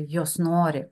jos nori